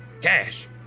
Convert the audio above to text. Cash